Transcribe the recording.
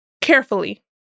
carefully